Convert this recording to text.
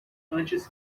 antes